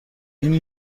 این